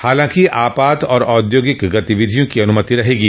हांलाकि आपात और औद्योगिक गतिविधियों की अन्मति रहेगी